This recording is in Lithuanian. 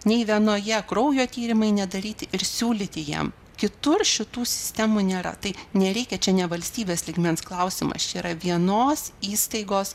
nei vienoje kraujo tyrimai nedaryti ir siūlyti jam kitur šitų sistemų nėra tai nereikia čia ne valstybės lygmens klausimas čia yra vienos įstaigos